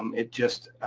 um it just